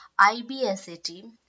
IBSAT